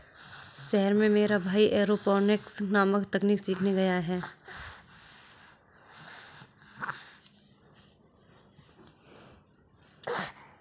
शहर में मेरा भाई एरोपोनिक्स नामक तकनीक सीखने गया है